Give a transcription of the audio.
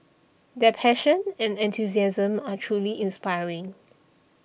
their passion and enthusiasm are truly inspiring